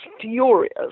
furious